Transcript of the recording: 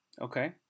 Okay